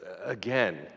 Again